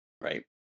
Right